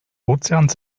ozeans